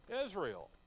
Israel